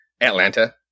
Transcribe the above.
Atlanta